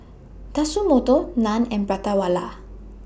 Tatsumoto NAN and Prata Wala